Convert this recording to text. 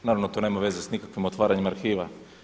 Naravno, to nema veze sa nikakvim otvaranjem arhiva.